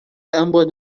ambos